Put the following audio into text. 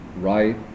Right